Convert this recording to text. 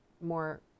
more